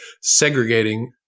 segregating